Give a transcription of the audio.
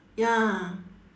ya